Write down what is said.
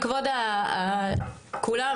מכבוד כולם,